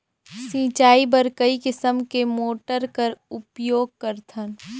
सिंचाई बर कई किसम के मोटर कर उपयोग करथन?